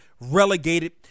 relegated